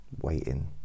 waiting